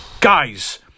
Guys